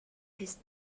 his